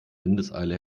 windeseile